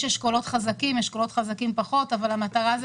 יש אשכולות חזקים, אשכולות חזקים פחות, המטרה היא